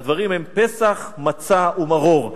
והדברים הם: פסח, מצה ומרור.